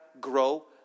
grow